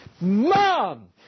Mom